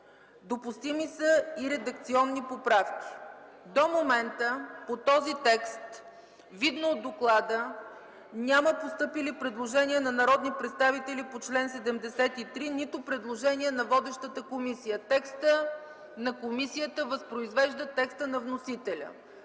Допустими са и редакционни поправки.” До момента по този текст, видно от доклада, няма постъпили предложения на народни представители по чл. 73, нито предложения от водещата комисия. Текстът на комисията възпроизвежда текста на вносителя.